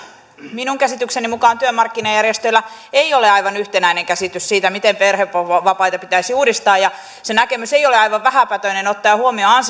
minun käsitykseni mukaan työmarkkinajärjestöillä ei ole aivan yhtenäinen käsitys siitä miten perhevapaita pitäisi uudistaa se näkemys ei ole aivan vähäpätöinen ottaen huomioon